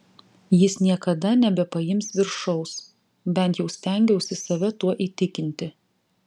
jis niekada nebepaims viršaus bent jau stengiausi save tuo įtikinti